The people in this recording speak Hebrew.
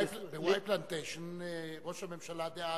ב"וואי פלנטיישן" ראש הממשלה דאז,